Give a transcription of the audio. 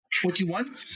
Twenty-one